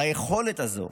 על היכולת הזאת